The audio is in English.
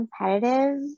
competitive